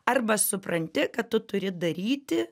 arba supranti kad tu turi daryti